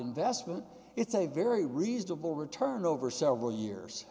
investment it's a very reasonable return over several years